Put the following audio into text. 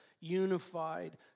unified